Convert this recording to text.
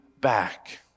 back